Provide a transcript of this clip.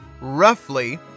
roughly